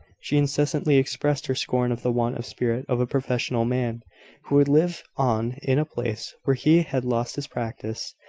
she incessantly expressed her scorn of the want of spirit of a professional man who would live on in a place where he had lost his practice,